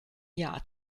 jahr